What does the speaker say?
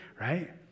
right